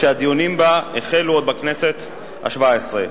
שהדיונים בה החלו עוד בכנסת השבע-עשרה,